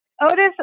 Otis